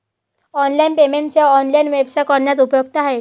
online payment सेवा online व्यवसाय करण्यास उपयुक्त आहेत